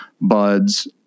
buds